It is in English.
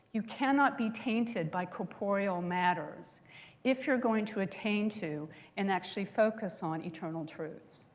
you cannot be tainted by corporeal matters if you're going to attain to and actually focus on eternal truths.